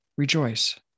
Rejoice